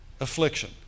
Affliction